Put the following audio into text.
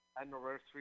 anniversary